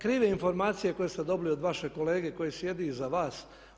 Krive informacije koje ste dobili od vašeg kolege koji sjedi iza vas.